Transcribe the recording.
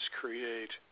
create